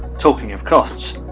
talking of costs,